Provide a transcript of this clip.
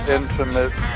intimate